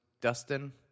Dustin